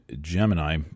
Gemini